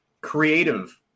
creative